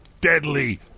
deadly